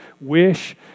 wish